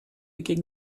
gegen